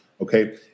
okay